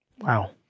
Wow